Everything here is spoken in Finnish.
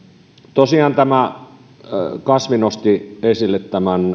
tosiaan kasvi nosti esille